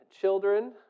children